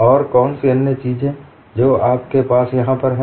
और कौन सी अन्य चीजें जो आपके पास यहाँ पर है